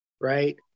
right